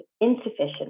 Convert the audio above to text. insufficient